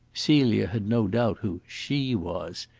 celia had no doubt who she was.